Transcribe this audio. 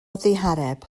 ddihareb